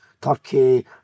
Turkey